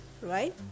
right